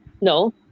No